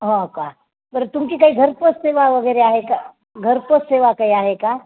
हो का बरं तुमची काही घरपोच सेवावगैरे आहे का घरपोच सेवा काही आहे का